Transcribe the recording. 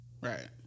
Right